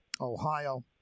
Ohio